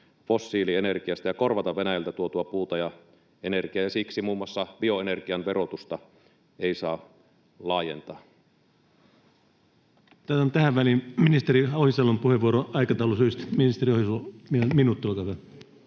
fossiilienergiasta ja korvata Venäjältä tuotua puuta ja energiaa, ja siksi muun muassa bioenergian verotusta ei saa laajentaa. Otetaan tähän väliin aikataulusyistä ministeri Ohisalon puheenvuoro. Ministeri Ohisalo, minuutti, olkaa hyvä.